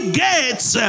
gates